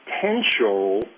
potential